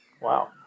wow